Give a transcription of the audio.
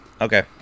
Okay